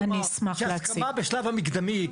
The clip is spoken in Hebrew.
שהסכמה בשלב המקדמי,